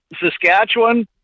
Saskatchewan